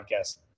podcast